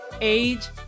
Age